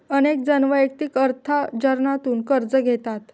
अनेक जण वैयक्तिक अर्थार्जनातूनही कर्ज घेतात